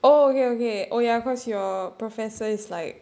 oh okay okay oh ya because your professor is like